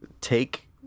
take